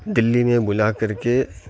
دلی میں بلا کر کے